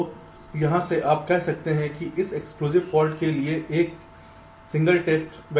तो यहां से आप कह सकते हैं कि इस एक्सक्लूसिव फाल्ट के लिए एक एकल टेस्ट वेक्टर 1 1 0 है